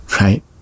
Right